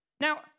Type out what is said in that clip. Now